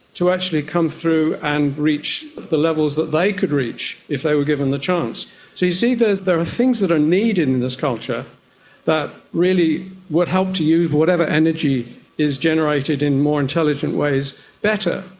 to actually come through and reach the levels that they could reach if they were given the chance. so, you see, there there are things that are needed in this culture that really would help to use whatever energy is generated in more intelligent ways better.